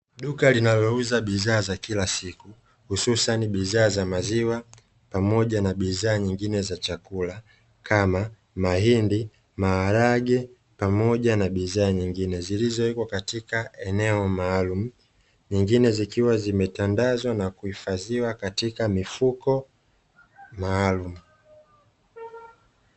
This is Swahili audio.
Duka linalouza bidhaa za kila siku hususani bidhaa za maziwa pamoja na bidhaa nyingine za chakula kama mahindi, maharage pamoja na bidhaa nyingine zilizowekwa katika eneo maalumu, nyingine zikiwa zimetandazwa na kuhifadhiwa katika mifuko maalumu.